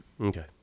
Okay